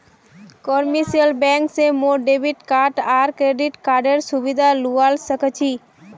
commercial bank से मोर debit card आर क्रेडिट कार्डेर सुविधा लुआ सकोही